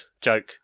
Joke